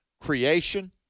creation